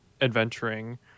adventuring